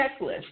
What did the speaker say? checklist